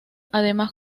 además